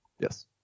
Yes